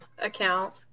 Account